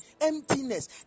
emptiness